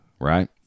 Right